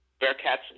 Bearcats